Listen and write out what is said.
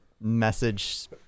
message